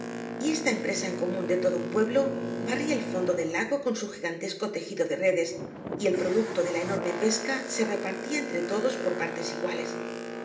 y esta empresa en común de todo un pueblo barría el fondo del lago con su gigantesco tejido de redes y el producto de la enorme pesca se repartía entre todos por partes iguales